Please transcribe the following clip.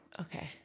Okay